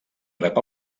rep